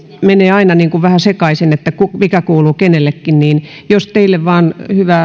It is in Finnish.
menee aina vähän sekaisin että mikä kuuluu kenellekin joten jos teille